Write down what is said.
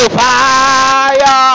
fire